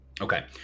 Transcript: Okay